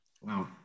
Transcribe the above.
Wow